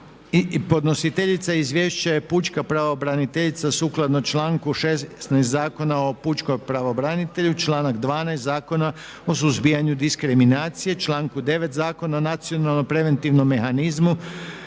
podnositeljica izvješća je Pučka pravobraniteljica sukladno članku 16. Zakona o pučkom pravobranitelju, članak 12. Zakona o suzbijanju diskriminacije, članku 9. Zakona o nacionalno preventivnom mehanizmu